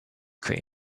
cream